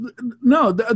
no